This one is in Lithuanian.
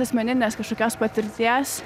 asmeninės kažkokios patirties